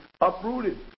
uprooted